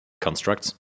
constructs